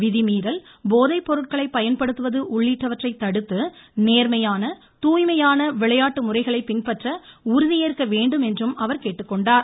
விதிமீறல் போதை பொருட்களை பயன்படுத்துவது உள்ளிட்டவற்றை தடுத்து நேர்மையான தூய்மையான விளையாட்டு முறைகளை பின்பற்ற உறுதியேற்க வேண்டும் என அவர் கேட்டுக்கொண்டுள்ளார்